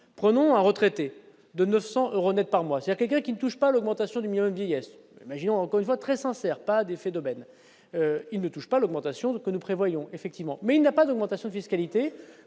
prenons un retraité de 900 euros Net par mois, il y a quelqu'un qui ne touche pas l'augmentation du mien, dit il y a, avion, encore une fois très sincère, pas des phénomènes, il ne touche pas l'augmentation de que nous prévoyons, effectivement, mais il n'a pas d'augmentation de fiscalité